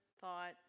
thought